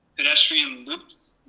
pedestrian loops,